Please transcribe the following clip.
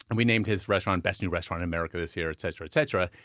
and we named his restaurant best new restaurant in america this year, et cetera, et cetera.